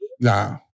Nah